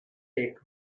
take